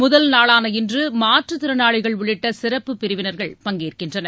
முதல் நாளான இன்று மாற்றுத்திறனாளிகள் உள்ளிட்ட சிறப்பு பிரிவினர்கள் பங்கேற்கின்றனர்